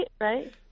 right